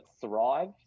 thrive